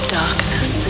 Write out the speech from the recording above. darkness